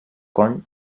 kong